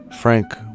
Frank